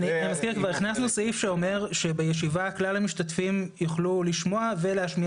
הכנסנו סעיף שאומר שבישיבה כלל המשתתפים יוכלו לשמוע ולהשמיע